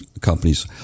companies